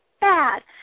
bad